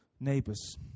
neighbors